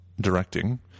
directing